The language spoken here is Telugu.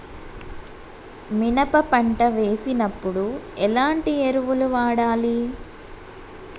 మినప పంట వేసినప్పుడు ఎలాంటి ఎరువులు వాడాలి?